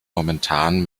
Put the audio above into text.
momentan